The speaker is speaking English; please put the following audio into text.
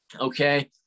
okay